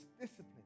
discipline